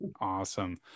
Awesome